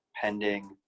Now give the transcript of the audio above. pending